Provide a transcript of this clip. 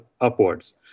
upwards